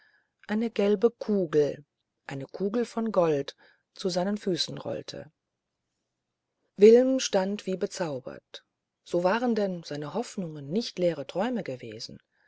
eine gelbe kugel eine kugel von gold zu seinen füßen rollte wilm stand wie bezaubert so waren denn seine hoffnungen nicht leere träume gewesen